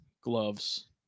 gloves